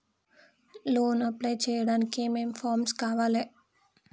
Loan apply చేయడానికి ఏం ఏం ఫామ్స్ కావాలే?